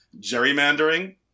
gerrymandering